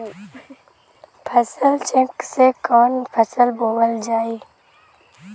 फसल चेकं से कवन फसल बोवल जाई?